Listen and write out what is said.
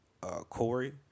Corey